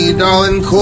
darling